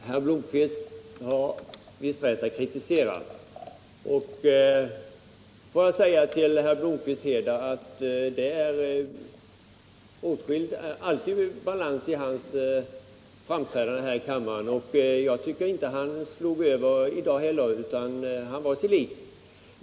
Herr talman! Arne Blomkvist har visst rätt att kritisera. Får jag säga till herr Blomkvist att det alltid är balans i hans framträdanden här i kammaren och att han var sig lik också i dag.